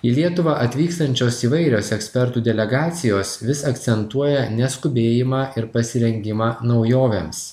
į lietuvą atvykstančios įvairios ekspertų delegacijos vis akcentuoja neskubėjimą ir pasirengimą naujovėms